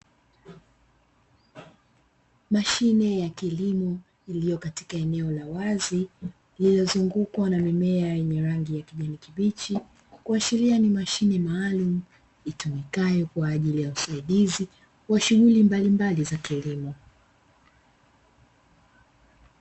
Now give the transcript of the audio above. Mashine ya kilimo iliyokatika eneo la wazi lililozungukwa na mimea yenye rangi ya kijani kibichi, kuashiria ni mashine maalumu itumikayo kwa ajili ya usaidizi wa shughuli mbalimbali za kilimo.